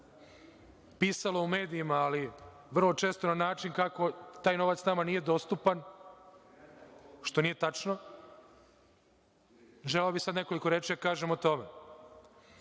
pisalo u medijima, ali vrlo često na način kako taj novac nama nije dostupan, što nije tačno, želeo bih sad nekoliko reči da kažem o tome. Kao